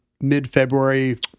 mid-February